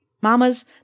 Mamas